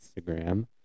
Instagram